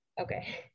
Okay